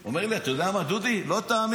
והוא אומר לי: אתה יודע מה, דודי, אתה לא תאמין,